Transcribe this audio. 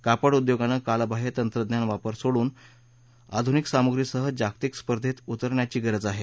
कापड उद्योगानं कालबाह्य तंत्रज्ञान वापर सोडून देऊन आधुनिक सामुग्रीसह जागतिक स्पर्धेत उतरण्याची गरज आहे